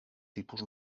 tipus